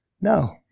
No